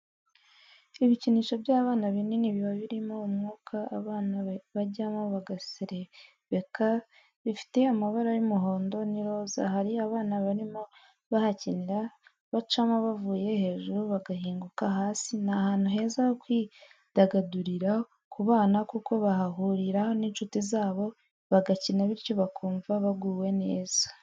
Ibikinisho by'abana binini biba birimo umwuka abana bajyamo bagaserebeka, bifite amabara y'umuhondo n'iroza hari abana barimo bahakinira bacamo bavuye hejuru bagahinguka hasi ni ahantu heza ho kwidagadurira ku bana kuko bahahurira n'inshuti zabo bagakina bityo bakumva baguwe neza.